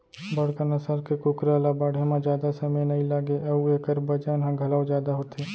बड़का नसल के कुकरा ल बाढ़े म जादा समे नइ लागय अउ एकर बजन ह घलौ जादा होथे